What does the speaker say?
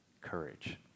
courage